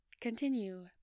Continue